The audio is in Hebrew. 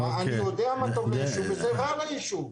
אני יודע מה טוב ליישוב, וזה רע ליישוב.